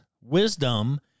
wisdom